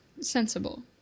Sensible